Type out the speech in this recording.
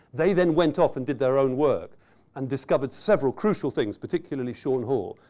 they then went off and did their own work and discovered several crucial things, particularly sean hoare,